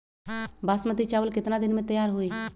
बासमती चावल केतना दिन में तयार होई?